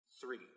three